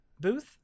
booth